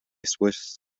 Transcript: swiss